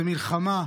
זו מלחמה,